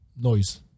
noise